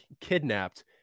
kidnapped